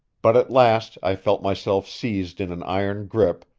but at last i felt myself seized in an iron grip,